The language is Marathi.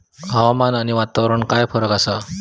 हवामान आणि वातावरणात काय फरक असा?